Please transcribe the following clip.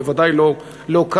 בוודאי לא כך,